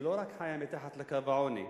שלא רק חיה מתחת לקו העוני,